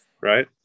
right